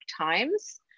times